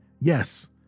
Yes